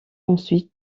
ensuite